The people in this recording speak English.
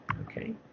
okay